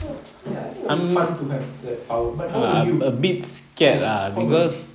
ya I think will be fun to have that power but how about you how about you